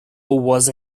was